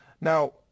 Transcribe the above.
Now